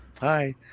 hi